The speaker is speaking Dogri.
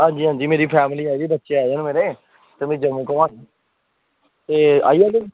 अंजी अंजी मेरी फैमिली आई दी बच्चे आये दे न मेरे ते इनेंगी जम्मू घुमाना आई जाह्गे